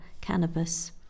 cannabis